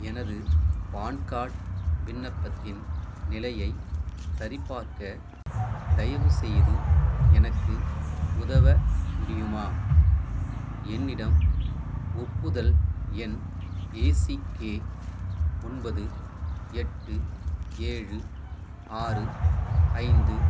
எனது PAN card விண்ணப்பத்தின் நிலையை சரிபார்க்க தயவுசெய்து எனக்கு உதவ முடியுமா என்னிடம் ஒப்புதல் எண் ஏ சி கே ஒன்பது எட்டு ஏழு ஆறு ஐந்து